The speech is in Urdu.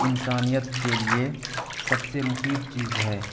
انسانیت کے لیے سب سے مفید چیز ہے